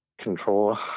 control